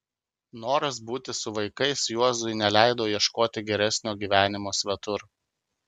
noras būti su vaikais juozui neleido ieškoti geresnio gyvenimo svetur